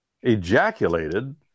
ejaculated